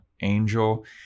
Angel